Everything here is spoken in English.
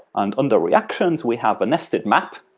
and under reactions, we have a nested map.